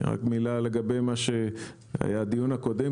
רק מילה לגבי הדיון הקודם.